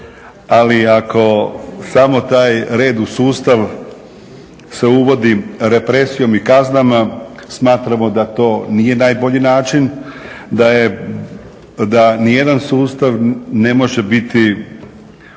Ali ako samo taj red u sustav se uvodi represijom i kaznama smatramo da to nije najbolji način. Da ni jedan sustav ne može biti održan